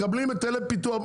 מקבלים היטלי פיתוח,